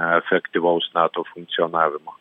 efektyvaus nato funkcionavimo